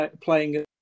playing